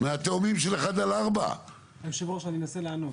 מהתאומים של 1 עד 4. יושב הראש, אני מנסה לענות.